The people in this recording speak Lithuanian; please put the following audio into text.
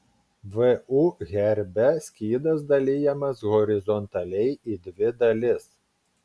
vu herbe skydas dalijamas horizontaliai į dvi dalis